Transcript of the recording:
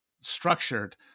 structured